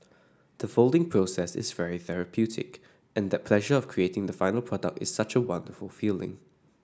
the folding process is very therapeutic and that pleasure of creating the final product is such a wonderful feeling